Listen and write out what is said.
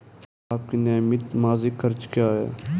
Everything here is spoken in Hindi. आपके नियमित मासिक खर्च क्या हैं?